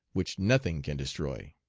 which nothing can destroy!